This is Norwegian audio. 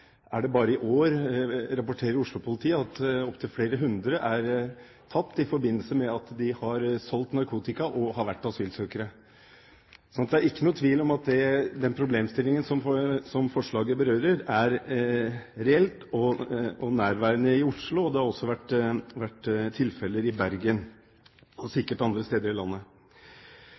bare i år er flere hundre tatt i forbindelse med at de har solgt narkotika mens de har vært asylsøkere. Så det er ingen tvil om at den problemstillingen som forslaget berører, er reell og nærværende i Oslo. Det har også vært tilfeller i Bergen – og sikkert også andre steder i landet.